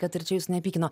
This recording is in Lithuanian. kad ir čia jusų nepykino